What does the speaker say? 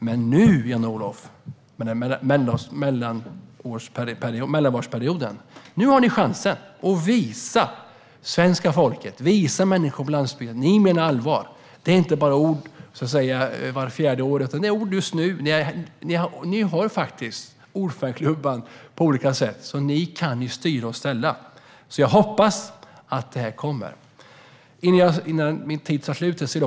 Men nu, Jan-Olof, under mellanvalsperioden har ni chansen att visa svenska folket och människor på landsbygden att ni menar allvar och att detta är inte bara ord vart fjärde år utan ord just nu. Ni har faktiskt ordförandeklubban på olika sätt, så ni kan styra och ställa. Jag hoppas därför att detta kommer.